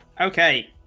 okay